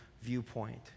viewpoint